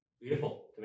Beautiful